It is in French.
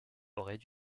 auraient